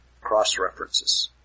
Cross-references